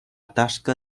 tasca